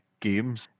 games